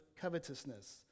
covetousness